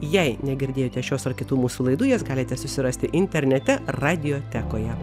jei negirdėjote šios ar kitų mūsų laidų jas galite susirasti internete radiotekoje